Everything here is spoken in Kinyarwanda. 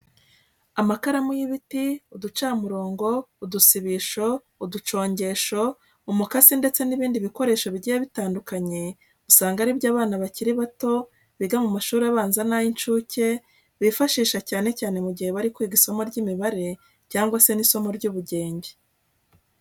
Amakaramu y'ibiti, uducamurongo, udusibisho, uducongesho, umukasi ndetse n'ibindi bikoresho bigiye bitandukanye, usanga ari byo abana bakiri bato biga mu mashuri abanza n'ay'incuke bifashisha cyane cyane mu gihe bari kwiga isomo ry'imibare cyangwa se n'isomo ry'ubugenge.